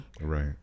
Right